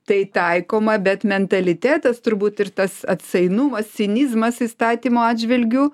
tai taikoma bet mentalitetas turbūt ir tas atsainumas cinizmas įstatymo atžvilgiu